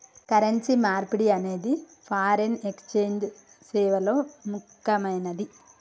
currency మార్పిడి అనేది foreign exchange సేవల్లో ముక్కెమైనది